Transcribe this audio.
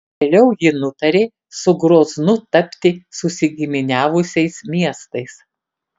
vėliau ji nutarė su groznu tapti susigiminiavusiais miestais